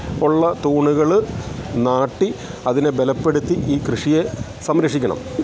ഉള്ള തൂണുകൾ നാട്ടി അതിനെ ബലപ്പെടുത്തി ഈ കൃഷിയെ സംരക്ഷിക്കണം